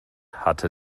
hatte